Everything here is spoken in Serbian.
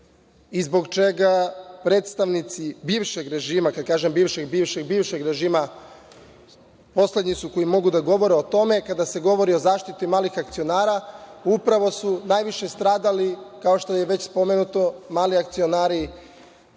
i zbog čega predstavnici bivšeg režima, kad kažem bivšeg, bivšeg, bivšeg režima, poslednji su koji mogu da govore o tome. Kada se govori o zaštiti malih akcionara, upravo su najviše stradali, ako što je već spomenuto, mali akcionari